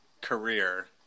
career